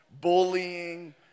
bullying